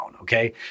okay